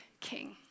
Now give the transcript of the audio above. king